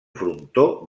frontó